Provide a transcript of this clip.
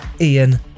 Ian